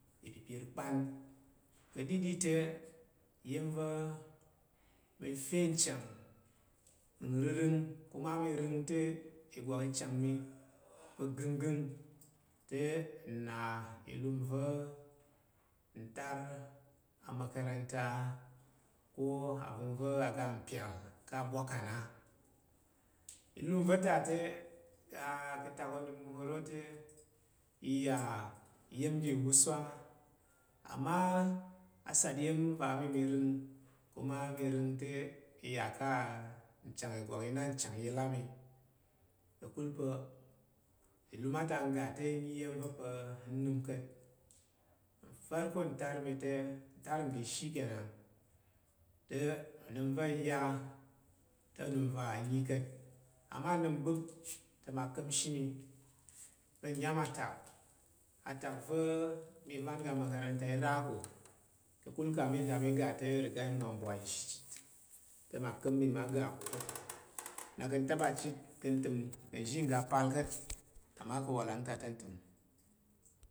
Ipipir kpan ka̱ɗiɗi te iya̱m va̱ mi ka̱ chang pa̱ nrərəng kuma mi rəng te ìgwak i chang mi pa̱ gənggəng te nna, ilum va̱ ntar amakarata ko á. Nvəng va̱ i ga mpyal ka̱ na mbwai kang alum va̱ ta te ka̱tak onəm oro te iya iya̱m ga iwusuwa ama a sat iya̱m va̱ a mi mi rəng kuma mi rəng te a va ka̱ chang igwak Înan chang ka̱kul pa̱ ilum a ta ngga te nyi iya̱m re pa̱ nnəm ka̱t farko ntar mi te shi kenan ntar ngəshi kenan te onəm va̱ nya te onəm va ma nyi ka̱t ama nnəm mba̱p te ma ka̱mshi mi ka nya̱m a tak a tak va̱ ovan ga makarata i ra ko ka̱kul kamin ka mi ga ta nre ga mwa mbwai nzhi chit te ma kam mi ma ga ko nak a ta ɓa chit ntəm ka̱ nzhi ngga pal ka̱t ama ka walang ta ntəm